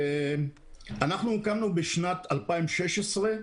אנחנו קמנו בשנת 2016,